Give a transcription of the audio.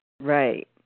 Right